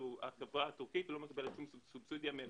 החברה הטורקית לא מקבלת שום סובסידיה מהמדינה.